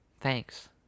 Thanks